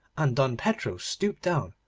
and don pedro stooped down,